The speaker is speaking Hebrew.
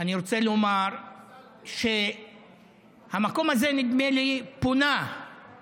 אני רוצה לומר שהמקום הזה, נדמה לי, פונה בעבר,